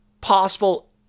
possible